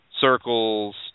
Circles